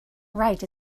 wright